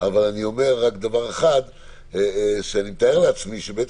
אבל אני אומר רק דבר אחד שאני מתאר לעצמי שבית